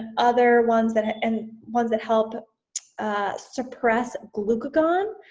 other ones that ah and ones that help suppress glucagon,